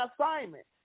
assignment